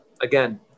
again